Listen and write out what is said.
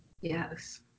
Yes